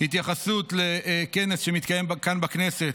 בקצרה התייחסות לכנס שמתקיים כאן, בכנסת,